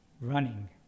running